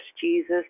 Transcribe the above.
jesus